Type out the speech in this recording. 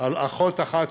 לאחות אחת.